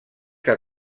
que